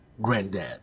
granddad